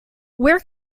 where